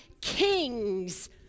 Kings